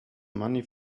money